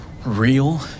real